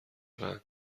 قند